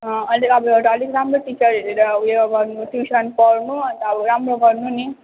अँ अहिले अब एउटा अलिक राम्रो टिचर हेरेर उयो गर्नु ट्युसन पढ्नु अन्त अब राम्रो गर्नु नि